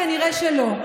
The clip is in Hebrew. כנראה שלא.